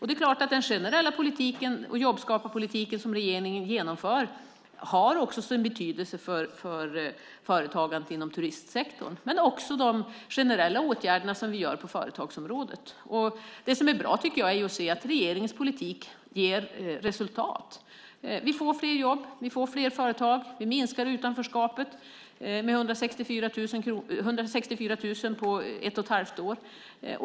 Det är klart att den generella politik och jobbskaparpolitik som regeringen genomför har sin betydelse för företagandet inom turistsektorn. Det gäller också de generella åtgärder som vi vidtar på företagsområdet. Det som är bra är att regeringens politik ger resultat. Vi får fler jobb. Vi får fler företag. Vi minskar utanförskapet med 164 000 på ett och ett halvt år.